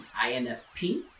INFP